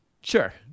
Sure